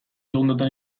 segundotan